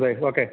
അതെ ഓക്കെ